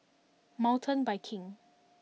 Mountain Biking